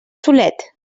solet